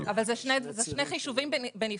אבל אלה שני חישובים בנפרד.